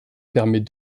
permet